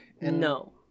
No